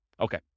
Okay